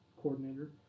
coordinator